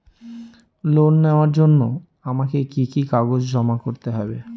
Loan নেওয়ার জন্য আমাকে কি কি কাগজ জমা করতে হবে?